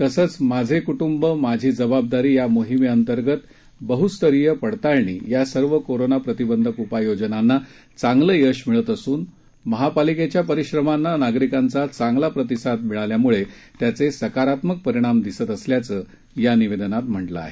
तसंच माझे कुटुंब माझी जबाबदारी मोहिमे अंतर्गत बहुस्तरीय पडताळणी या सर्व कोरोना प्रतिबंधक उपाययोजनांना चांगलं यश मिळत असून महापालिकेच्या परिश्रमांना नागरिकांचा चांगला प्रतिसाद मिळाल्यामुळे त्याचे सकारात्मक परिणाम दिसत असल्याचं या निवेदनात म्हटलं आहे